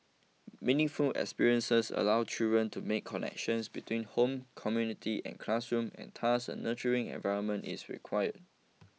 meaningful experiences allow children to make connections between home community and classroom and thus a nurturing environment is required